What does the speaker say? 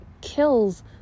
kills